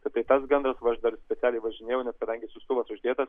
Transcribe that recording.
kad tai tas gandras va aš dar specialiai važinėjau ne kadangi siųstuvas uždėtas